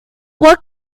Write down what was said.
what